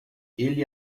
ele